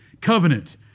Covenant